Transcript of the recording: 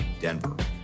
Denver